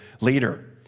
leader